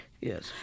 Yes